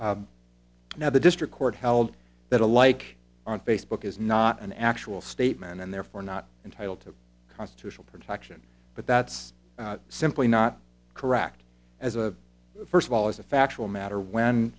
now the district court held that a like on facebook is not an actual statement and therefore not entitled to constitutional protection but that's simply not correct as a first of all as a factual matter when